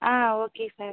ah okay sir